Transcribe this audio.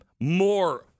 more